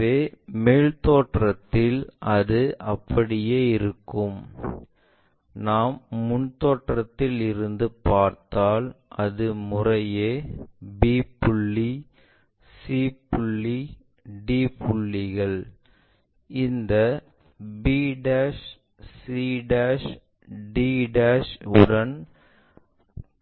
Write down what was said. எனவே மேல் தோற்றம் இல் அது அப்படியே இருக்கும் நாம் முன் தோற்றம் இல் இருந்து பார்த்தால் அது முறையே b புள்ளி c புள்ளி d புள்ளிகள் இந்த b c d உடன்